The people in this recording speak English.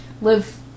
Live